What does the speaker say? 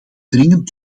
dringend